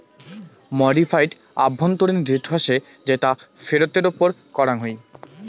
modified আভ্যন্তরীণ rate হসে যেটা ফেরতের ওপর করাঙ হই